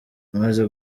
amaze